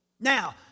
Now